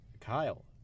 Kyle